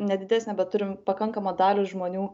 ne didesnę bet turim pakankamą dalį žmonių